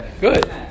Good